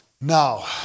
Now